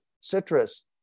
citrus